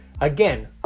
again